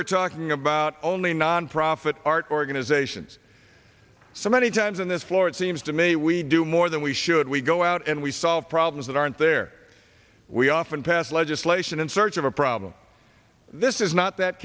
we're talking about only nonprofit art organizations so many times on this floor it seems to me we do more than we should we go out and we solve problems that aren't there we often pass legislation in search of a problem this is not that